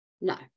No